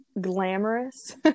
glamorous